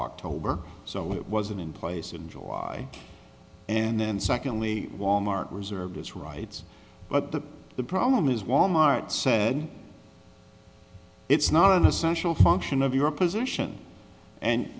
oct so it wasn't in place in july and then secondly walmart reserved its rights but the problem is wal mart said it's not an essential function of your position and